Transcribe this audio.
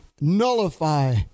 nullify